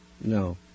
No